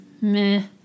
meh